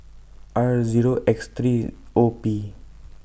R Zero X three O P